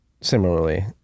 similarly